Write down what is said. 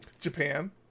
Japan